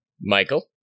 Michael